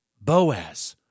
Boaz